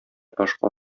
ташка